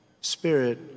spirit